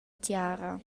tiara